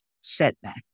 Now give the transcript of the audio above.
setback